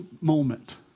moment